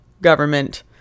government